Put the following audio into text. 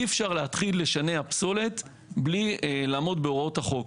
אי אפשר להתחיל לשנע פסולת בלי לעמוד בהוראות החוק,